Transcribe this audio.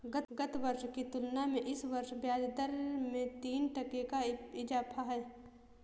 गत वर्ष की तुलना में इस वर्ष ब्याजदर में तीन टके का इजाफा है